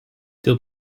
dill